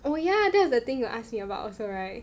oh yeah that's the thing you ask me about also right